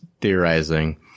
theorizing